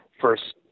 first